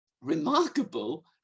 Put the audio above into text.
remarkable